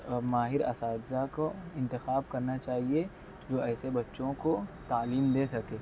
ماہر اساتذہ کو انتخاب کرنا چاہیے جو ایسے بچوں کو تعلیم دے سکے